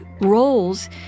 roles